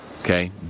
okay